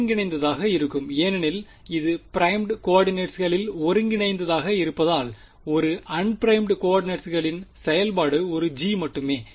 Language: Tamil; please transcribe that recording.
ஒருங்கிணைந்ததாக இருக்கும் ஏனெனில் இது பிறைமுட் கோர்டினேட்ஸ்களில் ஒருங்கிணைந்ததாக இருப்பதால் ஒரு அன்பிறைமுட் கோர்டினேட்ஸ்ககளின் செயல்பாடு ஒரு g மட்டுமே